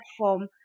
platform